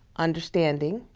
understanding,